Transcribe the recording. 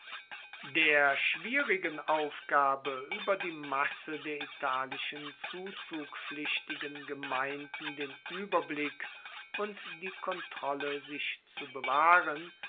der schwierigen aufgabe ueber die masse der italischen zuzugpflichtigen gemeinden den ueberblick und die kontrolle sich zu bewahren